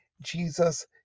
Jesus